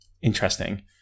Interesting